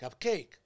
cupcake